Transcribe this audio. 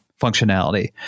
functionality